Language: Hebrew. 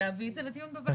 להביא את זה לדיון בוועדה.